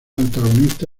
antagonista